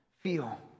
feel